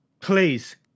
Please